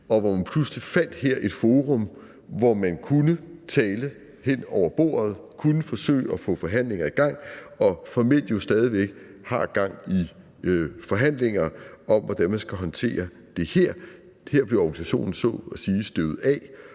hvor vi pludselig her fandt et forum, hvor man kunne tale hen over bordet, kunne forsøge at få forhandlinger i gang og formelt jo stadig væk har gang i forhandlinger om, hvordan man skal håndtere det her. Her blev organisationen så at sige støvet af